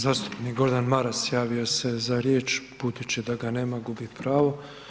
Zastupnik Gordan Maras javio se za riječ, budući da ga nema gubi pravo.